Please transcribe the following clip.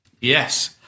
Yes